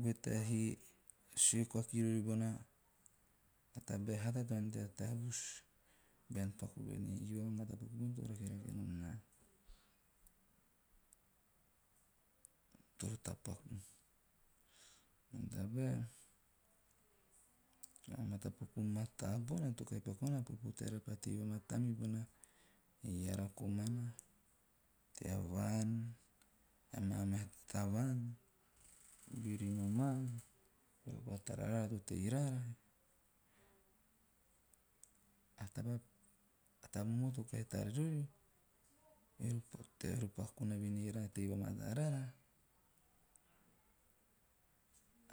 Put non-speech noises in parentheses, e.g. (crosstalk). goe tea hee, sue koa kiriori bona tabae a hata to ante nana tea tavus bean paku voen ei. Eove a matapaku bona to rakerake nom naa tore tapaku, mene tabae amaa matapaku mataa bona to kahi paku nana a popo teara pa tei va mataa mibone eara komana tea vaan. Ae maa meha tavaan (noise) beori noma eori pa tara araara to tei raara a taba - momohu to kahi tara riorieori pa kona voen ei eara na tei vamararae rara,